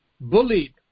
bullied